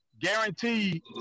guaranteed